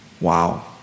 Wow